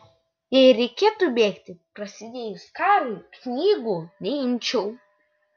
jei reikėtų bėgti prasidėjus karui knygų neimčiau